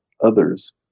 others